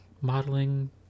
modeling